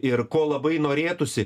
ir ko labai norėtųsi